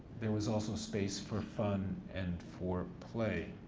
there was also space for fun and for play.